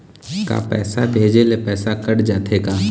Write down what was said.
का पैसा भेजे ले पैसा कट जाथे का?